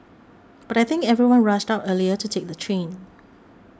but I think everyone rushed out earlier to take the train